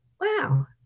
wow